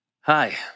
Hi